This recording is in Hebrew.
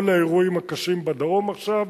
כל האירועים הקשים בדרום עכשיו,